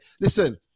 Listen